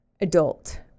adult